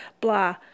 blah